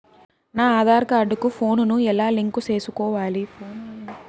నా ఆధార్ కార్డు కు ఫోను ను ఎలా లింకు సేసుకోవాలి?